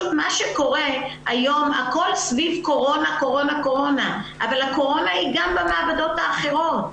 כיום הכול סביב קורונה אבל הקורונה היא גם במעבדות האחרות.